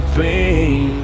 pain